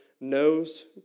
knows